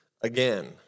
again